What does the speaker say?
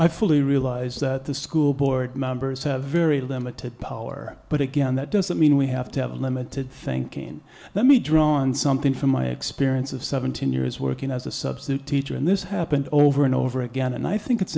i fully realize that the school board members have very limited power but again that doesn't mean we have to have a limited thinking and let me draw on something from my experience of seventeen years working as a substitute teacher and this happened over and over again and i think it's